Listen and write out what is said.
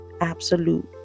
absolute